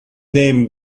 name